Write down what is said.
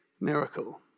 miracle